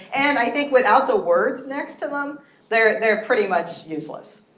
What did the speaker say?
and i think without the words next to them there, they're pretty much useless.